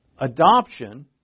adoption